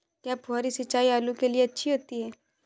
क्या फुहारी सिंचाई आलू के लिए अच्छी होती है?